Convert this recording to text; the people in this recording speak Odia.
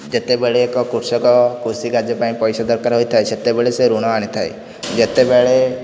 ଯେତେବେଳେ ଏକ କୃଷକ କୃଷି କାର୍ଯ୍ୟ ପାଇଁ ପଇସା ଦରକାର ହୋଇଥାଏ ସେତେବେଳେ ସେ ଋଣ ଆଣିଥାଏ ଯେତେବେଳେ